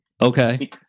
Okay